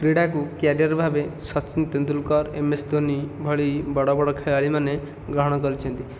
କ୍ରୀଡ଼ାକୁ କ୍ୟାରିୟର ଭାବେ ସଚିନ ତେନ୍ଦୁଲକର ଏମ୍ଏସ୍ ଧୋନି ଭଳି ବଡ଼ ବଡ଼ ଖେଳାଳିମାନେ ଗ୍ରହଣ କରିଛନ୍ତି